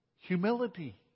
humility